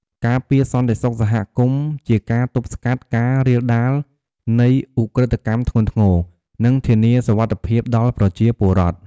ការពារសន្តិសុខសហគមន៍ជាការ ទប់ស្កាត់ការរាលដាលនៃឧក្រិដ្ឋកម្មធ្ងន់ធ្ងរ និងធានាសុវត្ថិភាពដល់ប្រជាពលរដ្ឋ។